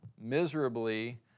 miserably